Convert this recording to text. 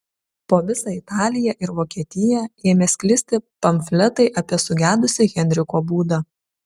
po visą italiją ir vokietiją ėmė sklisti pamfletai apie sugedusį henriko būdą